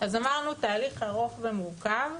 אז אמרנו תהליך ארוך ומורכב,